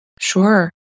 Sure